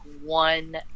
one